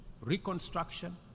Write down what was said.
reconstruction